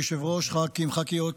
כבוד היושב-ראש, ח"כים, ח"כיות,